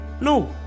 No